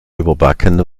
überbacken